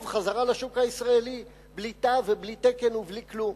חזרה לשוק הישראלי בלי תו ובלי תקן ובלי כלום.